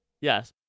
Yes